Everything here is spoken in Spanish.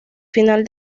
final